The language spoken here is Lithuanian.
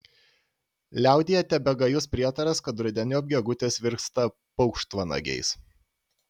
liaudyje tebegajus prietaras kad rudeniop gegutės virsta paukštvanagiais